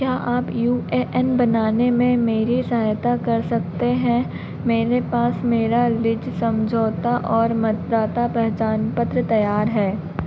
क्या आप U A N बनाने में मेरी सहायता कर सकते हैं मेरे पास मेरा लीज समझौता और मतदाता पहचान पत्र तैयार है